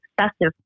excessive